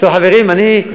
גם בטייבה.